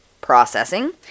processing